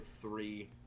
three